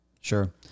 Sure